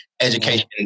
education